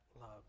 love